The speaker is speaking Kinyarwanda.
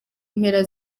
mpera